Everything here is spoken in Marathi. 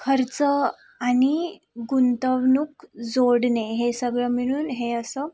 खर्च आणि गुंतवणूक जोडणे हे सगळं मिळून हे असं